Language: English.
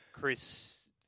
Chris